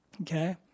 Okay